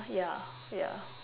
ya ya